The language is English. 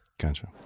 Gotcha